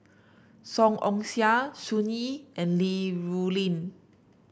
Song Ong Siang Sun Yee and Li Rulin